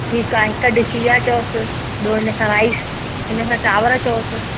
ठीक आहे हिकु डिश जा चओसि ॿियो इन सां राइस इन सां चांवर चओसि